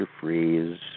Freeze